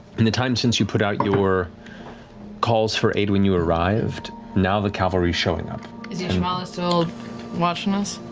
in the time since you put out your calls for aid when you arrived, now the cavalry's showing up. marisha is ishmara still watching us?